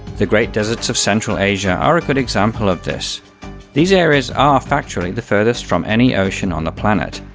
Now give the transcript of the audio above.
the great deserts of central asia are a good example of this these areas are ah factually the furthest from any ocean on the planet.